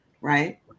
right